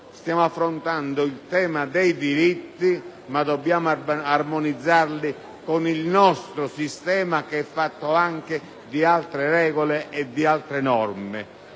Stiamo affrontando il tema dei diritti, ma dobbiamo armonizzarli con il nostro sistema, che è fatto anche di altre regole e di altre norme,